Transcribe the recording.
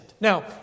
Now